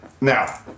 Now